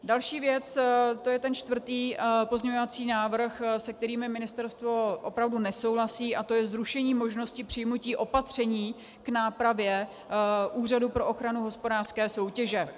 Další věc, to je čtvrtý pozměňovací návrh, se kterým ministerstvo opravdu nesouhlasí, a to je zrušení možnosti přijmutí opatření k nápravě Úřadu pro ochranu hospodářské soutěže.